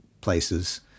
places